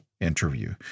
interview